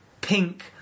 pink